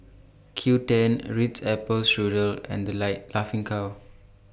Qoo ten Ritz Apple Strudel and The Life Laughing Cow